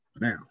Now